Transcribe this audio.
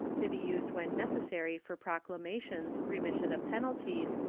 to be used when necessary for proclamations, remission of penalties,